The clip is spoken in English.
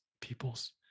people's